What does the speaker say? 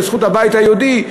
לזכות הבית היהודי,